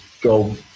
go